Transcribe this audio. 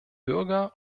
bürger